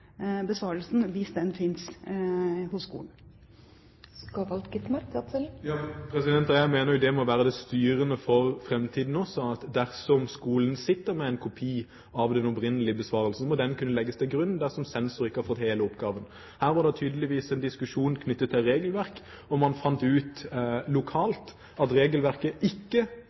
besvarelsen hvis den finnes hos skolen. Jeg mener det må være det styrende for framtiden også, at dersom skolen sitter med en kopi av den opprinnelige besvarelsen, må den kunne legges til grunn dersom sensor ikke har fått hele oppgaven. Her var det tydeligvis en diskusjon knyttet til regelverk, og man fant ut lokalt at regelverket ikke